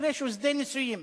מקרה שהוא שדה ניסויים: